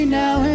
now